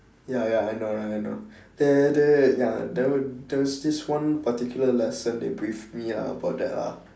ya ya I know I know there there ya there there's this one particular lesson they brief me about that ah